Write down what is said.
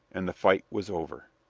and the fight was over.